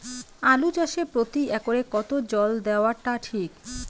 আলু চাষে প্রতি একরে কতো জল দেওয়া টা ঠিক?